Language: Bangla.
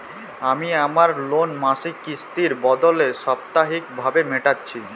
আমি আমার লোন মাসিক কিস্তির বদলে সাপ্তাহিক ভাবে মেটাচ্ছি